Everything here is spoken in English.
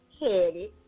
headed